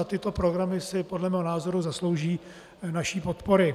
Tyto programy si podle mého názoru zaslouží naší podpory.